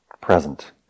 present